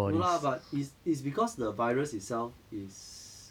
no lah but it's it's because the virus itself is